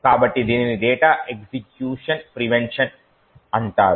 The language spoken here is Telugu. కాబట్టి దీనిని డేటా ఎగ్జిక్యూషన్ ప్రివెన్షన్ అంటారు